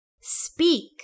speak